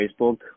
Facebook